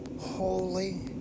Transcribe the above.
holy